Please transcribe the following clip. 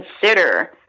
consider